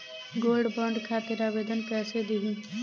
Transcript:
Gold bond खातिर आवेदन कैसे दिही?